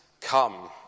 come